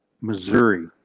Missouri